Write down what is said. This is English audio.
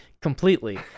completely